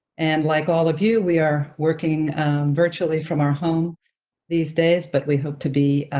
and like all of you, we are working virtually from our home these days, but we hope to be